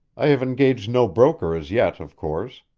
i have engaged no broker as yet, of course.